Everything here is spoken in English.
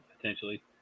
potentially